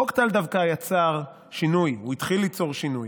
חוק טל דווקא יצר שינוי, הוא התחיל ליצור שינוי,